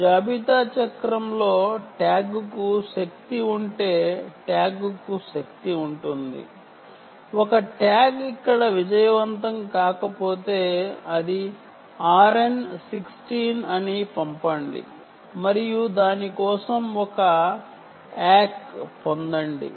inventory cycle లో ట్యాగ్కు శక్తి ఉంటే ఒక ట్యాగ్ ఇక్కడ విజయవంతం కాకపోతే అది RN16 అని పంపండి మరియు దాని కోసం ఒక అక్నాలెడ్జిమెంట్ పొందండి